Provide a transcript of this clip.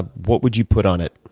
what would you put on it?